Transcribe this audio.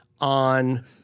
on